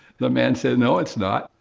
the man said, no, it's not,